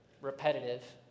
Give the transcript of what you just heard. repetitive